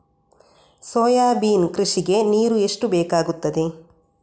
Soybean ಕೃಷಿಗೆ ನೀರು ಎಷ್ಟು ಬೇಕಾಗುತ್ತದೆ?